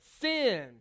sin